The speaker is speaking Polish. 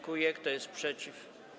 Kto jest przeciw?